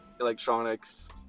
electronics